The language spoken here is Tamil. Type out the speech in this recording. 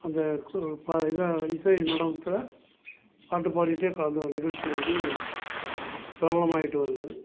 அந்த கு பா இதாக இசை நடனத்தை பாட்டு பாடிகிட்டே கலந்து வரும் நிகழ்ச்சி வந்து பிரபலமாயிகிட்டு வருது